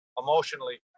emotionally